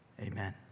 Amen